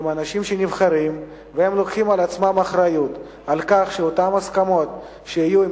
הם אנשים נבחרים והם לוקחים על עצמם אחריות על כך שאותן הסכמות שיהיו עם